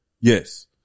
Yes